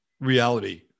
reality